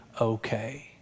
okay